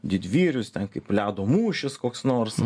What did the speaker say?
didvyrius ten kaip ledo mūšis koks nors